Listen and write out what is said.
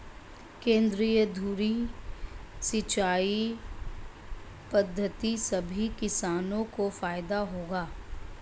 केंद्रीय धुरी सिंचाई पद्धति सभी किसानों को फायदा देगा